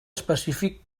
específic